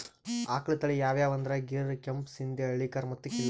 ಆಕಳ್ ತಳಿ ಯಾವ್ಯಾವ್ ಅಂದ್ರ ಗೀರ್, ಕೆಂಪ್ ಸಿಂಧಿ, ಹಳ್ಳಿಕಾರ್ ಮತ್ತ್ ಖಿಲ್ಲಾರಿ